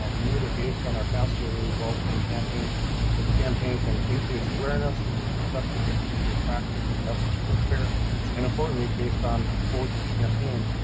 ah we knew the based on our past survey results from the campaign that the campaign can increase awareness is deductible easy attractive and the messages are clear and importantly based on exposure to campaign,